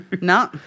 No